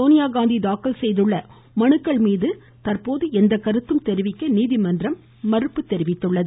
சோனியா காந்தி தாக்கல் செய்துள்ள மனுக்கள் மீது தற்போது எந்த கருத்தும் தெரிவிக்க நீதிமன்றம் மறுத்து விட்டது